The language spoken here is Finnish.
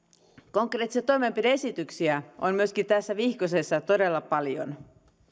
konkreettisia toimenpide esityksiä on myöskin tässä vihkosessa todella paljon